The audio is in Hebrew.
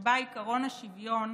שבה עקרון השוויון